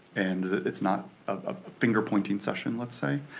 and it's not a finger-pointing session, let's say.